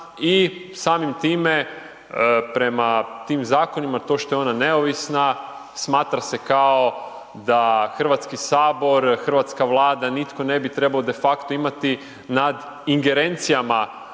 i samim time prema tim zakonima to što je ona neovisna, smatra se kao da Hrvatski sabor, hrvatska Vlada, nitko ne bi trebao de facto imati nad ingerencijama